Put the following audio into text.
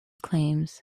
claims